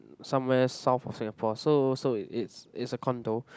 somewhere south of Singapore so so it's it's a condo